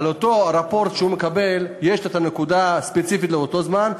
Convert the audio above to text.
באותו רפורט שהוא מקבל יש הנקודה הספציפית לאותו זמן,